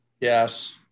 Yes